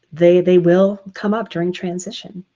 they they will come up during transition.